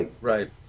Right